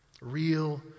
Real